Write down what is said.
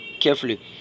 carefully